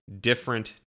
different